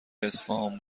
اصفهان